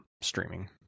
streaming